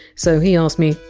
so he asked me!